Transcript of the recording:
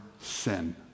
sin